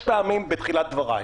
תודה רבה.